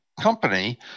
company